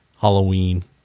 halloween